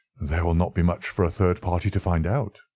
there will not be much for a third party to find out,